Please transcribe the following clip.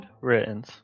written